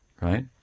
right